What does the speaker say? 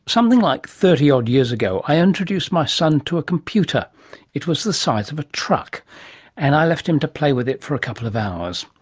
something like thirty-odd years ago i introduced my son to a computer it was the size of a truck and left him to play with it for a couple of hours.